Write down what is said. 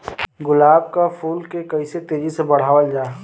गुलाब क फूल के कइसे तेजी से बढ़ावल जा?